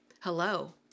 Hello